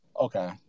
Okay